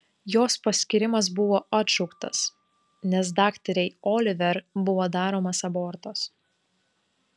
jos paskyrimas buvo atšauktas nes daktarei oliver buvo daromas abortas